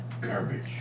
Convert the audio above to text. Garbage